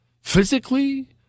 physically